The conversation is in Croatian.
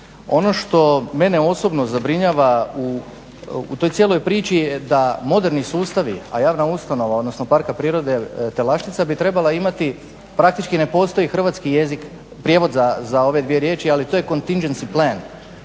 Ono što mene osobno zabrinjava u toj cijeloj priči je da moderni sustavi, a javna ustanova, odnosno Parka prirode Telaščica bi trebala imati praktički ne postoji hrvatski jezik, prijevod za ove dvije riječi ali to je …/Govornik